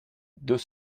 deux